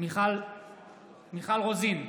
מיכל רוזין,